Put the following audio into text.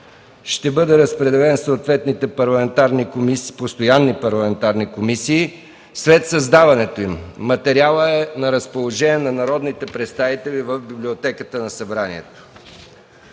Ще бъде разпределен на съответните постоянни парламентарни комисии след създаването им. Материалът е на разположение на народните представители в Библиотеката на Парламента.